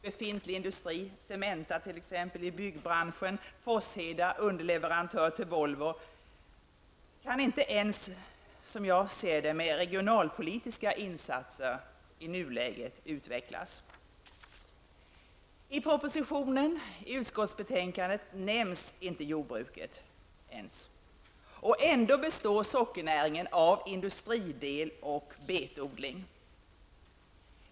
Befintlig industri, t.ex. Cementa i byggbranschen eller Forsheda, som är en underleverantör till Volvo, kan inte ens med regionalpolitiska insatser i nuläget utvecklas. Jordbruket nämns inte ens i propositionen. Ändå består sockernäringen av industridel och betodling.